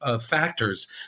factors